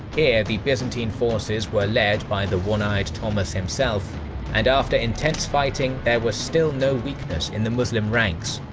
here, the byzantine forces were led by the one-eyed thomas himself and, after intense fighting, there was still no weakness in the muslim ranks.